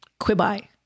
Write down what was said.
Quibi